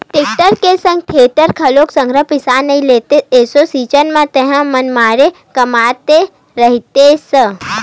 tractor के संग thresher घलोक संघरा बिसा नइ लेतेस एसो सीजन म ताहले मनमाड़े कमातेस तही ह